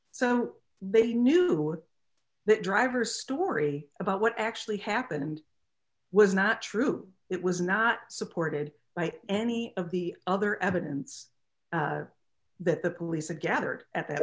so they knew that driver story about what actually happened was not true it was not supported by any of the other evidence that the police a gathered at th